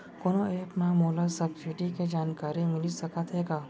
कोनो एप मा मोला सब्सिडी के जानकारी मिलिस सकत हे का?